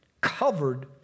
covered